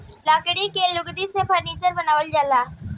लकड़ी के लुगदी से फर्नीचर बनावल जाला